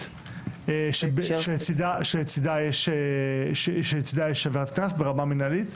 שלצידה יש עבירת קנס ברמה מינהלית?